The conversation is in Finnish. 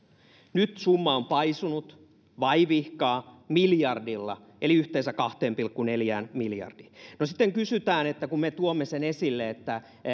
nyt summa on paisunut vaivihkaa miljardilla eli yhteensä kahteen pilkku neljään miljardiin no sitten kysytään kun me tuomme sen esille että